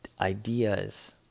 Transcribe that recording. ideas